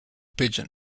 pigeon